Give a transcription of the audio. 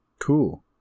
cool